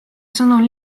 sõnul